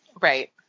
Right